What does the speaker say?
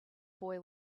boy